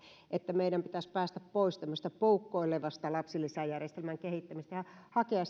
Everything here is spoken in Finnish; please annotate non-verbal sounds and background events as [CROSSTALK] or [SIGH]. että meidän pitäisi päästä pois tämmöisestä poukkoilevasta lapsilisäjärjestelmän kehittämisestä ja hakea [UNINTELLIGIBLE]